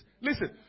Listen